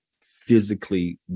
physically